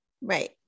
Right